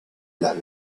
las